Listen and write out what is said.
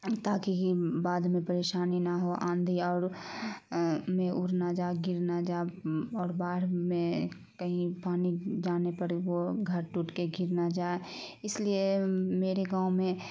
تاکہ بعد میں پریشانی نہ ہو آندھی اور میں ار نہ جا گر نہ جا اور باڑھ میں کہیں پانی جانے پڑے وہ گھر ٹوٹ کے گر نہ جائے اس لیے میرے گاؤں میں